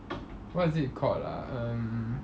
what is it called ah um